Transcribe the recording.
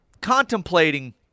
contemplating